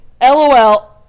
LOL